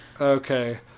Okay